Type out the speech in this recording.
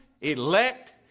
elect